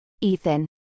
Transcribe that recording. Ethan